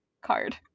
card